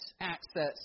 access